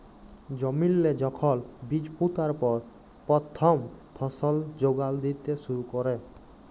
জমিল্লে যখল বীজ পুঁতার পর পথ্থম ফসল যোগাল দ্যিতে শুরু ক্যরে